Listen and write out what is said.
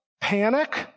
panic